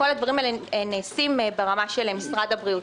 כל הדברים האלה נעשים ברמה של משרד הבריאות.